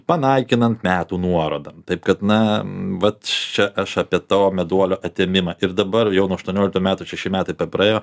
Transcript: panaikinant metų nuorodą taip kad na vat čia aš apie to meduolio atėmimą ir dabar jau nuo aštuonioliktų metų šeši metai praėjo